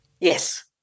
Yes